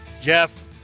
Jeff